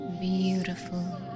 beautiful